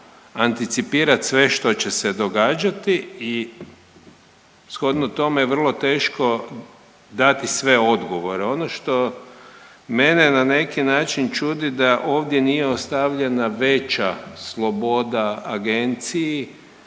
anticipirati sve što će se događati i shodno tome vrlo je teško dati sve odgovore. Ono što mene na neki način čudi da ovdje nije ostavljena veća sloboda agenciji